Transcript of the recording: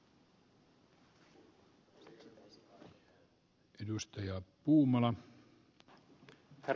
herra puhemies